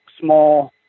small